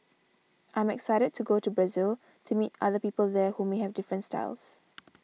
I'm excited to go to Brazil to meet other people there who may have different styles